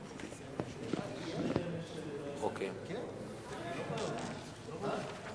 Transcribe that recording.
חברי חברי הכנסת,